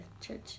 church